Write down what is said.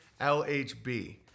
LHB